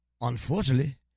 unfortunately